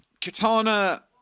katana